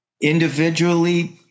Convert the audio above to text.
Individually